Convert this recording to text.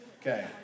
Okay